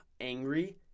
angry